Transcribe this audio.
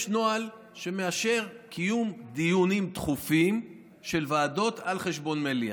יש נוהל שמאשר קיום דיונים דחופים של ועדות על חשבון מליאה.